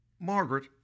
Margaret